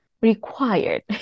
required